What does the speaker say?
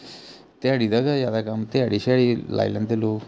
ध्याड़ी दा गै ज्यादा कम्म ध्याड़ी श्याड़ी लाई लैंदे लोक